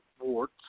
Ward